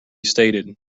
stated